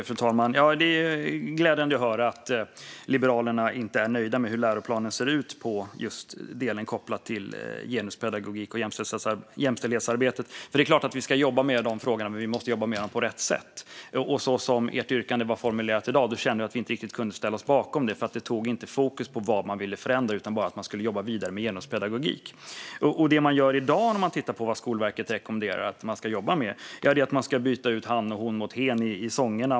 Fru talman! Det är glädjande att höra att Liberalerna inte är nöjda med hur läroplanen ser ut kopplat till genuspedagogiken och jämställdhetsarbetet. Det är klart att vi ska jobba med de frågorna, men vi måste jobba med dem på rätt sätt. Som ert yrkande var formulerat i dag kände vi att vi inte riktigt kunde ställa oss bakom det. Det lade inte fokus på vad ni ville förändra utan bara på att man skulle jobba vidare med genuspedagogik. Det man gör i dag, det Skolverket rekommenderar att man ska jobba med, är att byta ut "han" och "hon" mot "hen" i sångerna.